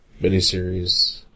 miniseries